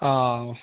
ആ